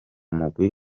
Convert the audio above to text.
mugwi